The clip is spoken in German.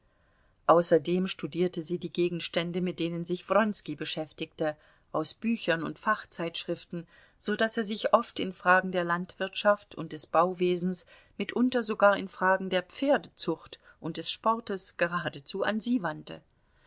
außerdem studierte sie die gegenstände mit denen sich wronski beschäftigte aus büchern und fachzeitschriften so daß er sich oft in fragen der landwirtschaft und des bauwesens mitunter sogar in fragen der pferdezucht und des sportes geradezu an sie wandte